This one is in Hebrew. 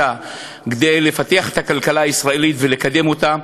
כדי לפתח את הכלכלה הישראלית ולקדם אותה,